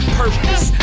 purpose